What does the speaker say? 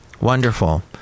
Wonderful